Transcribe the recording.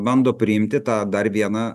bando priimti tą dar vieną